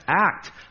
act